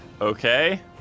Okay